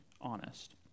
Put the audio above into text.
honest